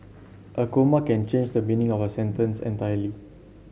a comma can change the meaning of a sentence entirely